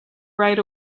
right